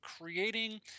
creating